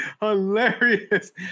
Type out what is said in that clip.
Hilarious